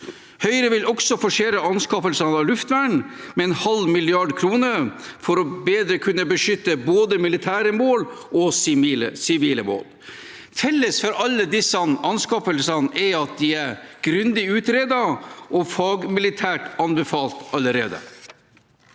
Høyre vil også forsere anskaffelsen av luftvern med en 0,5 mrd. kr for bedre å kunne beskytte både militære mål og sivile mål. Felles for alle disse anskaffelsene er at de er grundig utredet og fagmilitært anbefalt allerede.